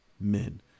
men